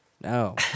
No